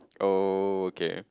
okay